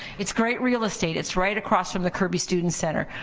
it's great real estate. it's right across from the kirby student center,